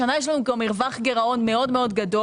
השנה יש לנו כבר מרווח גירעון מאוד מאוד גדול,